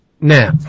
Now